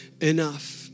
enough